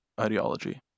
ideology